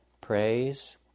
praise